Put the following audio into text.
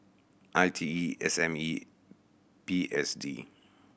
I T E S M E P S D